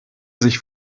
sich